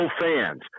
fans